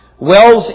Wells